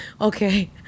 okay